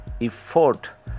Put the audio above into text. effort